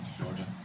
Georgia